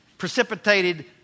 Precipitated